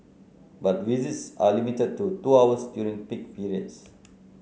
but visits are limited to two hours during peak periods